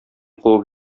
куып